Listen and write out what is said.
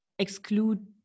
exclude